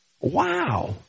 Wow